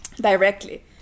directly